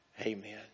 Amen